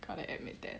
gotta admit that